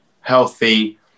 healthy